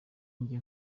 njye